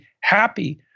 happy